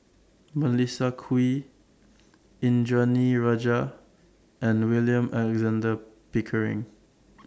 Melissa Kwee Indranee Rajah and William Alexander Pickering